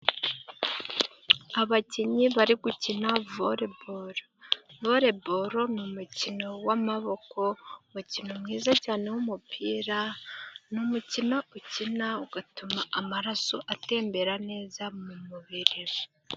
Abakinnyi bari gukina vole bolo. Vole bolo ni umukino w'amaboko ,umukino mwiza cyane w'umupira. Ni umukino ukina ugatuma amaraso atembera neza mu mubiri.